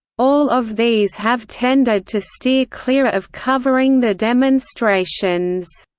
all of these have tended to steer clear of covering the demonstrations.